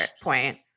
point